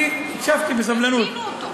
אני הקשבתי בסבלנות --- יקטינו אותו.